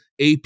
AP